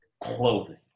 clothing